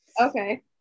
Okay